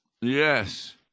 Yes